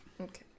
Okay